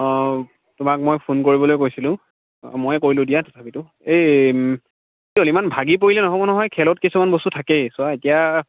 অ' তোমাক মই ফোন কৰিবলৈ কৈছিলোঁ অ' ময়েই কৰিলোঁ দিয়া তথাপিতো এই কি হ'ল ইমান ভাগি পৰিলে নহ'ব নহয় খেলত কিছুমান বস্তু থাকেই চোৱা এতিয়া